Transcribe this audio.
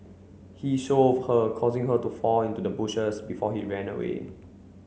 he shove her causing her to fall into the bushes before he ran away